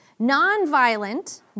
Nonviolent